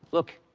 look,